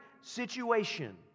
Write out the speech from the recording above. situation